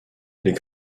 les